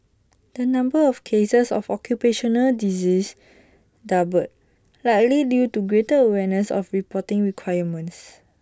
the number of cases of occupational disease doubled likely to due greater awareness of reporting requirements